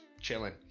chilling